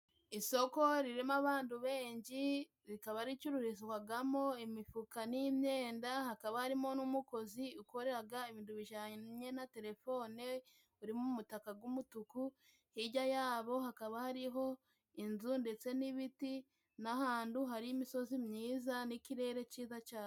Isoko ririmo abandu benshi rikaba ricururizwazwagamo imifuka n'imyenda, hakaba harimo n'umukozi ukoreraga ibintu bijanye na terefone uri mu mutaka g'umutuku, hirya yabo hakaba hariho inzu ndetse n'ibiti n'ahandu hari imisozi myiza n'ikirere cyiza cyane.